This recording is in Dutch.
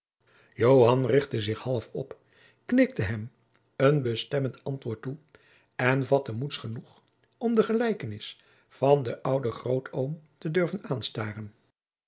richtte zich half op knikte hem een bestemmend antwoord toe en vatte moeds genoeg om de gelijkenis van den ouden grootoom te durven aanstaren